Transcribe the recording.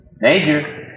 Major